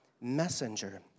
messenger